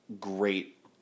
great